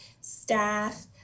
staff